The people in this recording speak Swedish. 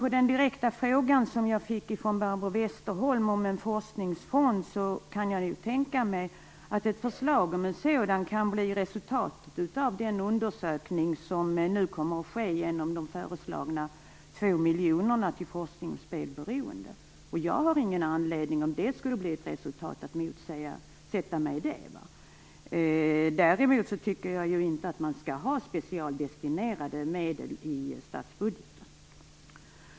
På den direkta fråga som jag fick av Barbro Westerholm om en forskningsfond vill jag svara att jag kan tänka mig att ett förslag om en sådan kan bli resultatet av den undersökning som nu kommer att ske genom de föreslagna 2 miljonerna till forskning om spelberoende. Om det skulle bli ett resultat har jag ingen anledning att motsätta mig det. Däremot tycker jag inte att man skall ha specialdestinerade medel i statsbudgeten.